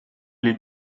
les